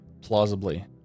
plausibly